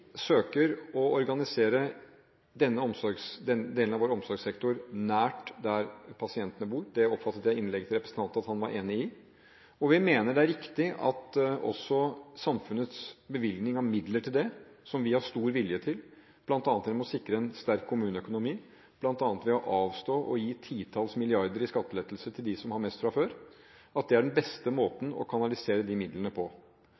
søker å organisere denne delen av vår omsorgssektor nær der pasientene bor – det oppfattet jeg av innlegget til representanten at han var enig i. Vi mener det er riktig at også samfunnets bevilgning av midler til det – som vi har stor vilje til, bl.a. gjennom å sikre en sterk kommuneøkonomi, bl.a. ved å avstå fra å gi titalls milliarder i skattelettelser til dem som har mest fra før – er den beste måten å kanalisere de midlene på.